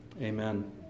Amen